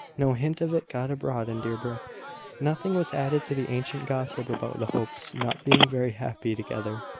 no hint of it got abroad in deerbrook nothing was added to the ancient gossip about the hopes not being very happy together.